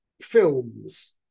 films